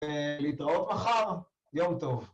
להתראות מחר, יום טוב.